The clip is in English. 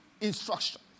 instruction